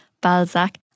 Balzac